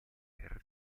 per